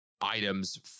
items